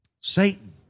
Satan